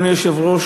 אדוני היושב-ראש,